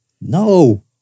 No